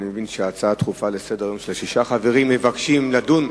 אני מבין שההצעה דחופה, שישה חברים מבקשים לדון.